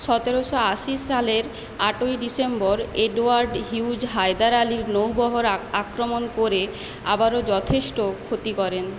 সতেরোশো আশি সালের আটই ডিসেম্বর এডওয়ার্ড হিউজ হায়দার আলির নৌবহর আক্রমণ করে আবারও যথেষ্ট ক্ষতি করেন